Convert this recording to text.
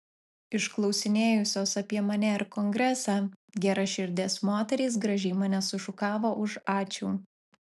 išklausinėjusios apie mane ir kongresą geraširdės moterys gražiai mane sušukavo už ačiū